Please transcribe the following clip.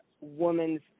woman's